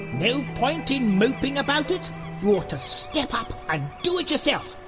no point in moping about it you ought to step up and do it yourself!